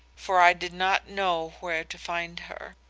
for i did not know where to find her.